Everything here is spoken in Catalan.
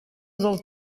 del